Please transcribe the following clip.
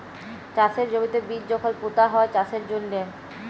চাষের জমিতে বীজ যখল পুঁতা হ্যয় চাষের জ্যনহে